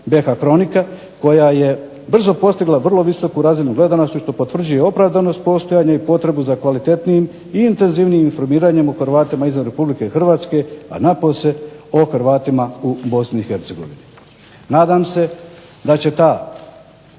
BiH kronika koja je brzo postigla vrlo visoku razinu gledanosti što potvrđuje i opravdanost postojanja i potrebu za kvalitetnijim i intenzivnijim informiranjem o Hrvatima izvan RH, a napose o Hrvatima u BiH. Nadam se da će ta